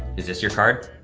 is this your card?